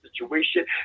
situation